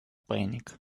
panic